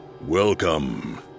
welcome